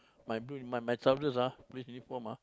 my boots my my trousers ah police uniform ah